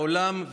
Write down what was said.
העולם,